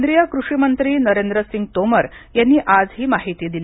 केंद्रीय कृषी मंत्री नरेंद्र सिंग तोमर यांनी आज ही माहिती दिली